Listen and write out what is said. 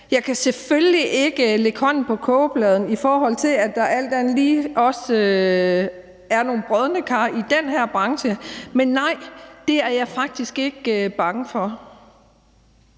Jeg kan selvfølgelig ikke lægge hånden på kogepladen, i forhold til at der alt andet lige også er nogle brodne kar i den branche. Så nej, det er jeg faktisk ikke bange for.